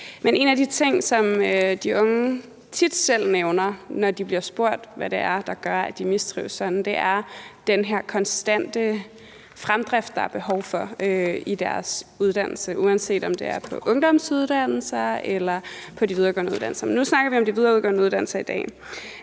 en af de ting, som de unge tit selv nævner, når de bliver spurgt om, hvad der gør, at de mistrives sådan, er den her konstante fremdrift, der er behov for i deres uddannelse, uanset om det er på ungdomsuddannelser eller på de videregående uddannelser. Men nu snakker vi om de videregående uddannelser i dag.